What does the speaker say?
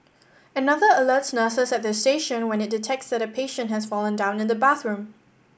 another alerts nurses at their station when it detects that a patient has fallen down in the bathroom